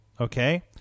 Okay